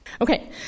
Okay